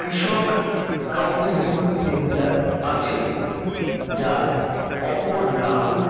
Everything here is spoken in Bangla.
কৃষক কাউন্সিলিং সেন্টার আছে যার অপর নাম